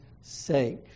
sake